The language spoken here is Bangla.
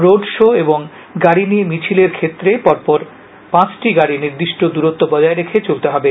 রোড শো এবং গাডি নিয়ে মিছিলের ক্ষেত্রে পরপর পাঁচটি গাড়ি নির্দিষ্ট দূরত্ব বজায় রেখে চলতে হবে